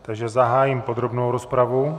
Takže zahájím podrobnou rozpravu.